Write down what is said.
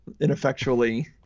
ineffectually